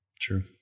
true